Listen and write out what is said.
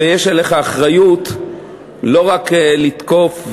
ויש עליך אחריות לא רק לתקוף,